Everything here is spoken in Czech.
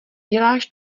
děláš